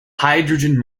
hydrogen